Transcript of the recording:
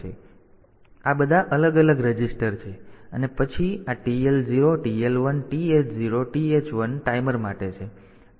તેથી આ બધા અલગ અલગ રજીસ્ટર છે અને પછી આ TL0 TL1 TH0 TH1 timer માટે છે